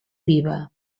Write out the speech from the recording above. viva